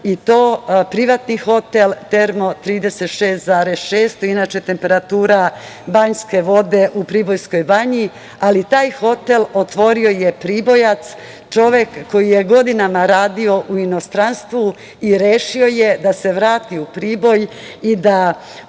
i to privatni hotel „Termo 36.6“ inače temperatura banjske vode u Pribojskoj banji. Taj hotel otvorio je Pribojac, čovek koji je godinama radio u inostranstvu i rešio je da se vrati u Priboj i da